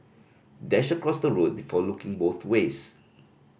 dash across the road before looking both ways